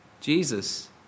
Jesus